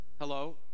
Hello